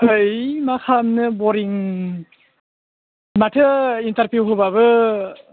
है मा खालामनो बरिं माथो इन्टारभिउ होब्लाबो